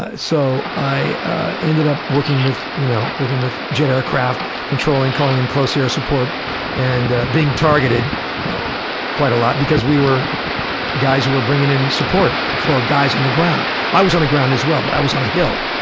so i ended up working with you know working with jet aircraft, controlling, calling in close air support and being targeted quite a lot because we were guys who were bringing in support for guys on the ground. i was on the ground as well but i was on a hill.